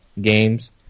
games